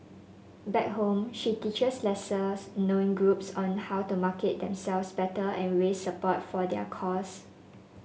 back home she teaches lesser known groups on how to market themselves better and raise support for their cause